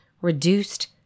reduced